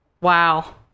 wow